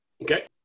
Okay